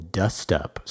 dust-up